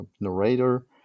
narrator